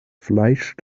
fleisch